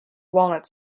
walnut